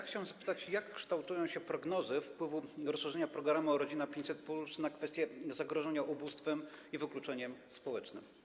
Chciałem zapytać, jak kształtują się prognozy rozszerzenia programu „Rodzina 500+” na kwestie zagrożenia ubóstwem i wykluczeniem społecznym.